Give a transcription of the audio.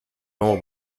nuovo